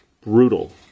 brutal